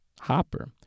Hopper